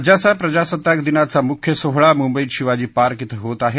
राज्याचा प्रजासत्ताक दिनाचा मुख्य सोहळा मुंबईत शिवाजी पार्क शिं होत आहे